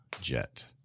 jet